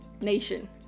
Nation